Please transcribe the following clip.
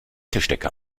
tischdecke